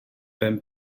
ben